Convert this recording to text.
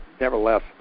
nevertheless